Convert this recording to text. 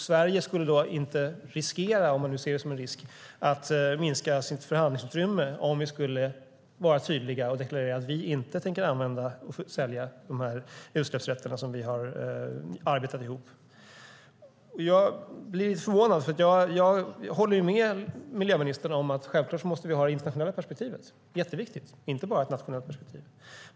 Sverige skulle inte riskera, om man nu ser det som en risk, att minska sitt förhandlingsutrymme om vi skulle vara tydliga och deklarera att vi inte tänker sälja de utsläppsrätter som vi har arbetat ihop. Jag håller med miljöministern om att vi självklart måste ha det internationella perspektivet. Det är jätteviktigt att inte bara ha ett nationellt perspektiv.